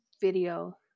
video